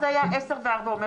אז זה היה עשר דקות וארבע דקות,